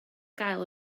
gael